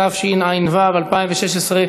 התשע"ו 2016,